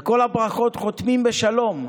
וכל הברכות חותמות בשלום: